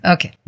Okay